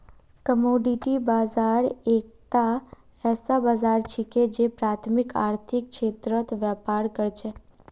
commodity बाजार एकता ऐसा बाजार छिके जे प्राथमिक आर्थिक क्षेत्रत व्यापार कर छेक